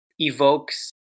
evokes